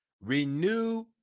renew